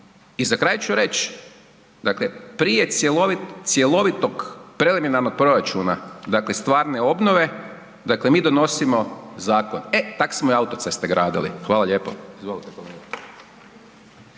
I za kraj ću reći, dakle, prije cjelovitog preliminarnog proračuna, dakle stvarne obnove, dakle mi donosimo zakon. E tak smo i autoceste gradili. Hvala lijepo. **Reiner,